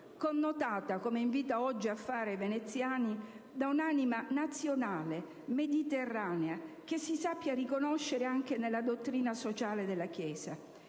connotata, come invita oggi a fare Veneziani, da un'anima nazionale, mediterranea, che si sappia riconoscere anche nella dottrina sociale della chiesa.